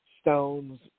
stones